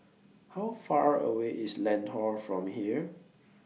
How Far A away IS Lentor from here